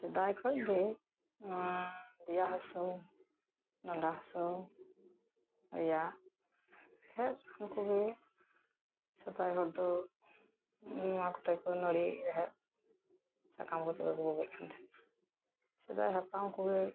ᱥᱮᱫᱟᱭ ᱠᱷᱚᱡ ᱜᱮ ᱫᱮᱭᱟ ᱦᱟᱹᱥᱩ ᱰᱟᱸᱰᱟ ᱦᱟᱹᱥᱩ ᱨᱮᱭᱟᱜ ᱨᱮᱦᱮᱫ ᱠᱚᱜᱮ ᱥᱮᱫᱟᱭ ᱦᱚᱲ ᱫᱚ ᱚᱱᱟ ᱚᱠᱛᱚ ᱫᱟᱨᱮ ᱱᱟᱹᱲᱤ ᱨᱮᱦᱮᱫ ᱥᱟᱠᱟᱢ ᱠᱚᱛᱮ ᱜᱮᱠᱚ ᱵᱳᱜᱮᱜ ᱠᱟᱱ ᱛᱟᱦᱮᱸᱜ ᱥᱮᱫᱟᱭ ᱦᱟᱯᱲᱟᱢ ᱠᱚᱜᱮ